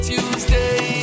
Tuesday